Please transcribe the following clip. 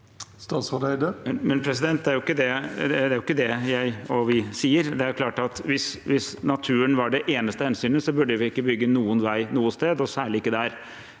Statsråd Espen Barth Eide Det er jo ikke det jeg og vi sier. Det er klart at hvis naturen var det eneste hensynet, burde vi ikke bygge noen vei noe sted og særlig ikke der